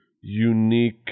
unique